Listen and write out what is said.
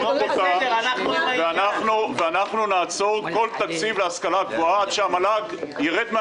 אנחנו נעצור כל תקציב להשכלה הגבוהה עד שהמל"ג ירד מן